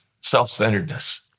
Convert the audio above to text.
self-centeredness